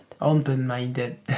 Open-minded